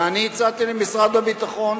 ואני הצעתי למשרד הביטחון,